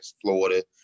Florida